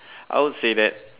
I would say that